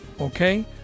Okay